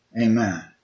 Amen